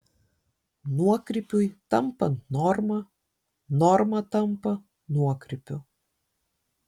nuokrypiui tampant norma norma tampa nuokrypiu